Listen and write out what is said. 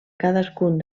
cadascun